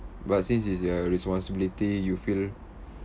but since it's your responsibility you feel